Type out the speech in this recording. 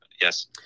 Yes